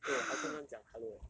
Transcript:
eh 我还跟他讲 hello eh